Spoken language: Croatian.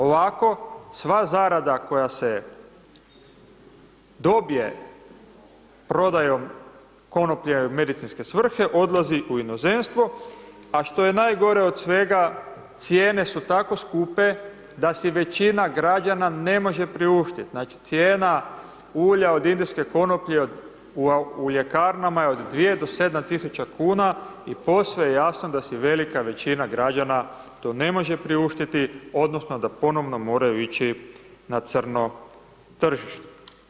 Ovako sva zarada koja se dobije prodajom konoplje u medicinske svrhe, odlazi u inozemstvo a što je najgore od svega, cijene su tako skupe da si većina građana ne može priuštiti, znači cijena ulja od indijske konoplje u ljekarnama je od 2 do 7000 kuha i posve je jasno da se velika većina građana to ne može priuštiti odnosno da ponovno moraju ići na crno tržište.